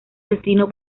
destino